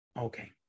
Okay